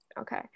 Okay